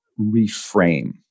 reframe